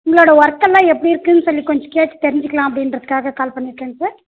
உங்களோட ஒர்க்கெல்லாம் எப்படி இருக்குதுன்னு சொல்லி கொஞ்சம் கேட்டு தெரிஞ்சிக்கலாம் அப்படின்றதுக்காக கால் பண்ணியிருக்கேங்க சார்